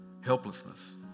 helplessness